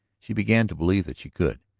she began to believe that she could.